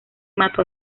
mato